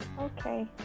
Okay